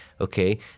okay